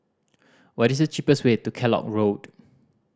what is the cheapest way to Kellock Road